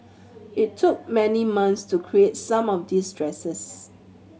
it took many months to create some of these dresses